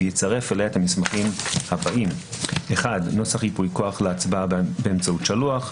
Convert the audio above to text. ויצרף אליה את המסמכים הבאים: נוסח ייפוי כוח להצבעה באמצעות שלוח.